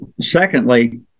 secondly